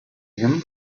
him